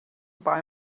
buy